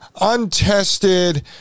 untested